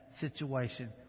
situation